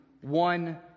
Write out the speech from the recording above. one